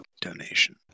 donation